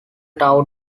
town